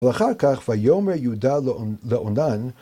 ‫ואחר כך, ויאמר יהודה לאונן,